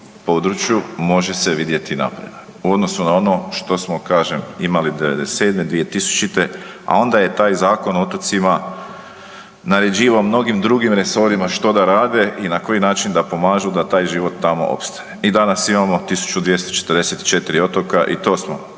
području može se vidjeti napredak u odnosu na ono što smo, kažem, imali '97. i 2000., a onda je taj Zakon o otocima naređivao mnogim drugim resorima što da rade i na koji način da pomažu da taj život tamo opstane. I danas imamo 1244 otoka i to smo